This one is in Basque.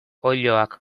oiloak